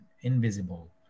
invisible